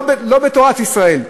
לא בתורת ישראל,